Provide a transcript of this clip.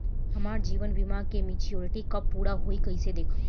हमार जीवन बीमा के मेचीयोरिटी कब पूरा होई कईसे देखम्?